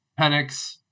Penix